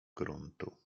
gruntu